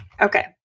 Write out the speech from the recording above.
Okay